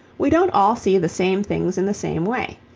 we don't all see the same things in the same way.